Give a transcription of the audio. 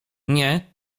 nie